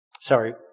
Sorry